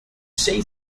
say